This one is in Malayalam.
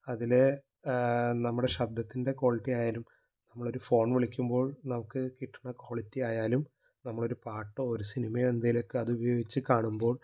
അതിലെ നമ്മുടെ ശബ്ദത്തിൻ്റെ ക്വാളിറ്റി ആയാലും നമ്മൾ ഒരു ഫോൺ വിളിക്കുമ്പോൾ നമുക്ക് കിട്ടുന്ന ക്വാളിറ്റി ആയാലും നമ്മൾ ഒരു പാട്ടോ ഒരു സിനിമയോ ഒക്കെ അത് ഉപയോഗിച്ചു കാണുമ്പോൾ